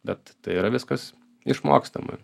bet tai yra viskas išmokstama